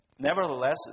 Nevertheless